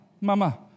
mama